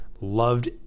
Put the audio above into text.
Loved